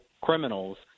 criminals